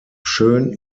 schön